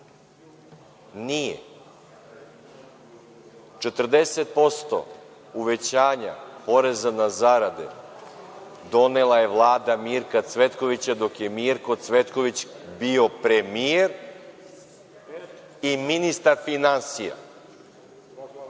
nije, 40% uvećanja poreza na zarade donela je Vlada Mirka Cvetkovića, dok je Mirko Cvetković bio premijer i ministar finansija.